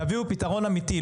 תביאו פתרון אמיתי.